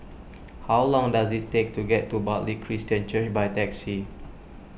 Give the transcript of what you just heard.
how long does it take to get to Bartley Christian Church by taxi